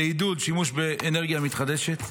לעידוד שימוש באנרגיה מתחדשת,